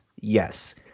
yes